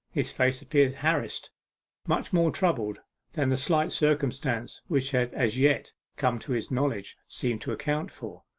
his face appeared harassed much more troubled than the slight circumstance which had as yet come to his knowledge seemed to account for.